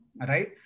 right